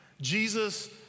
Jesus